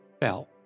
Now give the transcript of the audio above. fell